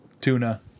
Tuna